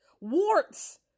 warts